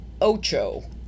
ocho